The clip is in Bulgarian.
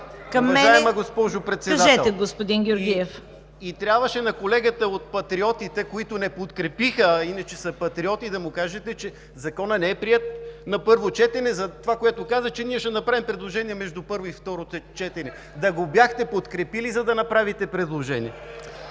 да го… Кажете, господин Георгиев. РУМЕН ГЕОРГИЕВ: И трябваше на колегата от Патриотите, които не подкрепиха, а иначе са патриоти, да му кажете, че Законът не е приет на първо четете, затова, което каза, че ние ще направим предложение между първо и второ четене. Да го бяхте подкрепили, за да направите предложение.